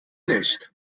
nicht